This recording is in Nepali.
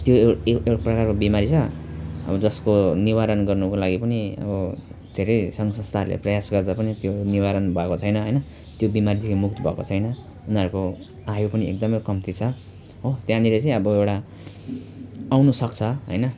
त्यो ए एक प्रकारको बिमारी छ अब जसको निवारण गर्नको लागि पनि उयो धेरै सङ्घ संस्थाहरूले प्रयास गर्दा पनि त्यो निवारण भएको छैन होइन त्यो बिमारदेखि मुक्त भएको छैन उनीहरूको आयु पनि एकदम कम्ती छ हो त्यहाँनेरि चाहिँ अब एउटा आउन सक्छ होइन